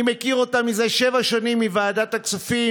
אני מכיר אותה מזה שבע שנים מוועדת הכספים,